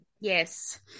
yes